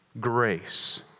grace